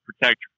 protect